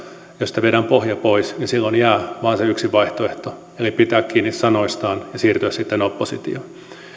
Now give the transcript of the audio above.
josta viedään pohja pois niin silloin jää vain se yksi vaihtoehto eli pitää kiinni sanoistaan ja siirtyä sitten oppositioon